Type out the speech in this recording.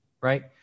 right